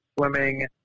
swimming